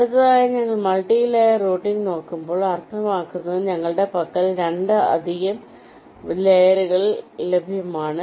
അടുത്തതായി ഞങ്ങൾ multi layer routing നോക്കുമ്പോൾ അർത്ഥമാക്കുന്നത് ഞങ്ങളുടെ പക്കൽ 2 ലധികം ലെയറുകൾ ലഭ്യമാണ്